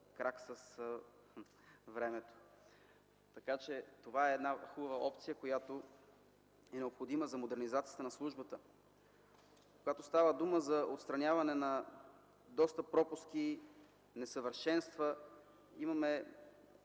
крак с времето. Така че това е една хубава опция, която е необходимост за модернизация за службата. Когато става дума за отстраняване на доста пропуски, несъвършенства, имаме